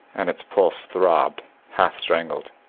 and its pulse throbbed half strangled.